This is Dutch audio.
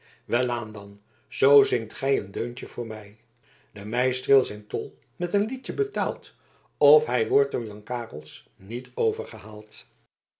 welaan dan zoo zingt gij een deuntje voor mij de meistreel zijn tol met een liedje betaalt of hij wordt door jan carels niet